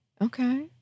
Okay